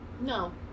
No